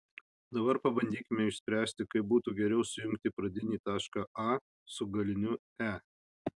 dabar pabandykime išspręsti kaip būtų geriau sujungti pradinį tašką a su galiniu e